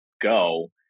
go